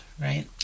right